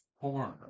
porn